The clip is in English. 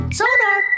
sonar